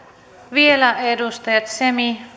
vielä edustajat semi